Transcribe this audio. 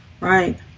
Right